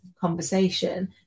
conversation